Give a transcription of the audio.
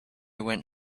went